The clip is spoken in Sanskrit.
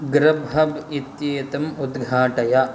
गृब्हब् इत्येतम् उद्घाटय